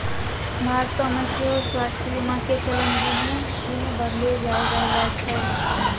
भारतो मे सेहो स्वास्थ्य बीमा के चलन दिने दिन बढ़ले जाय रहलो छै